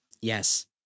Yes